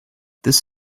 this